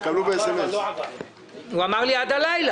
(הישיבה נפסקה בשעה 13:10 ונתחדשה בשעה 14:49.) היות ואין פתרון לעניין